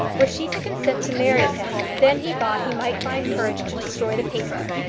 were she to consent to marry him, then he thought he might find courage to destroy the paper.